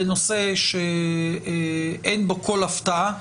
בנושא שאין בו כל הפתעה,